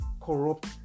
corrupt